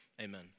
amen